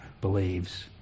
Believes